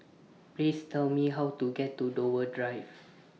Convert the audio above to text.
Please Tell Me How to get to Dover Drive